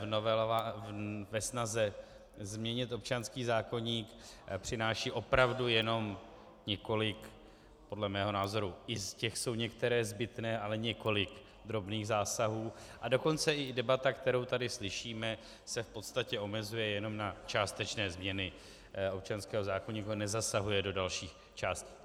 Novela ve snaze změnit občanský zákoník přináší opravdu jenom několik podle mého názoru i z těch jsou některé zbytné ale několik drobných zásahů, a dokonce i debata, kterou tady slyšíme, se v podstatě omezuje jenom na částečné změny občanského zákoníku a nezasahuje do dalších částí.